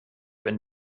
wenn